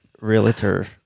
realtor